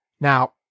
Now